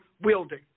wielding